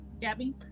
Gabby